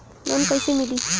Loan कइसे मिली?